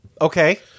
Okay